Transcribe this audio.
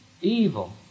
evil